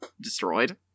destroyed